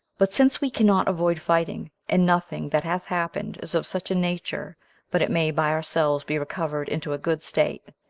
but since we cannot avoid fighting, and nothing that hath happened is of such a nature but it may by ourselves be recovered into a good state,